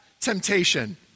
temptation